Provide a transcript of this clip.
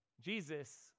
Jesus